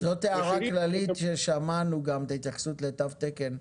זאת הערה כללית ששמענו, את ההתייחסות לתו תקן.